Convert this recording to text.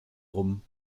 rum